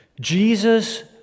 Jesus